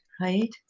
right